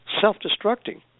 self-destructing